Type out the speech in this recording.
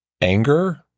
Anger